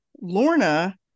Lorna